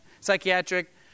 psychiatric